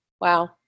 wow